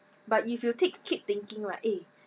but if you ti~ keep thinking right eh